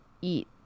eat